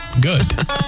Good